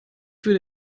würde